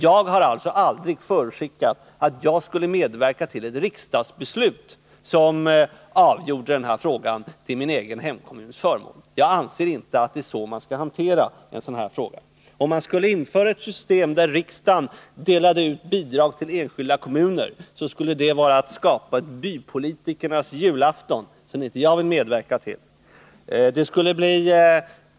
Jag har alltså aldrig förutskickat att jag skulle medverka till ett riksdagsbeslut, som avgjorde denna fråga till min egen hemkommuns förmån. Jag anser inte att man skall hantera en sådan här fråga på det sättet. Om man skulle införa ett system där riksdagen delade ut bidrag till enskilda kommuner, skulle det vara att skapa en bypolitikernas julafton, och det vill jag inte medverka till.